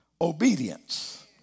obedience